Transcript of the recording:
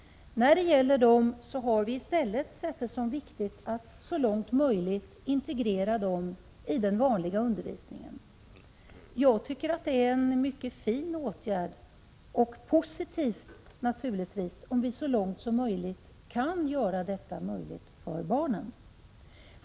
Vi har i stället sett det som viktigt att så långt möjligt integrera dem i den vanliga undervisningen. Jag tycker att det är en mycket fin åtgärd. Det är naturligtvis positivt om vi kan göra detta möjligt för barnen.